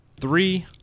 three